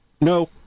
no